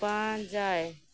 ᱯᱟᱸᱻᱡᱟᱭ